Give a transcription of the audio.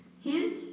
Hint